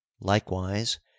Likewise